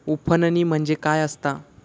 उफणणी म्हणजे काय असतां?